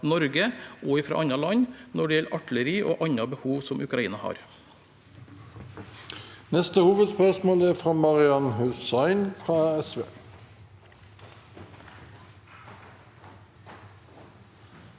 Norge og fra andre land når det gjelder artilleri og andre behov som Ukraina har.